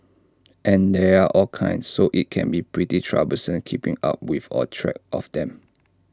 and there are all kinds so IT can be pretty troublesome keeping up with or track of them